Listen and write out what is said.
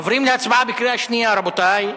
עוברים להצבעה בקריאה שנייה, רבותי.